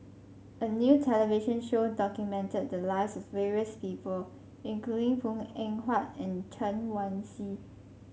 a new television show documented the lives of various people including Png Eng Huat and Chen Wen Hsi